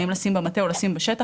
האם לשים במטה או לשים בשטח?